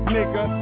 Nigga